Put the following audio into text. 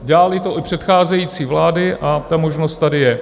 Dělaly to i předcházející vlády a ta možnost tady je.